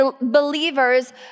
believers